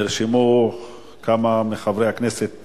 נרשמו כמה מחברי הכנסת